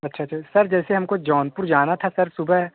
अच्छा अच्छा सर जैसे हमको जौनपुर जाना था सर सुबह